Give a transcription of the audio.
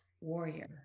warrior